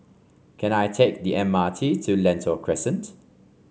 can I take the M R T to Lentor Crescent